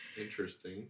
Interesting